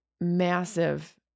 massive